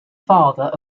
father